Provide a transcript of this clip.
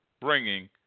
bringing